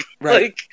Right